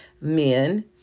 men